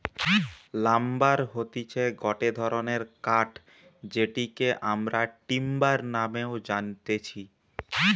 lumber হতিছে গটে ধরণের কাঠ যেটিকে আমরা টিম্বার নামেও জানতেছি